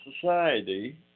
society